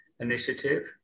initiative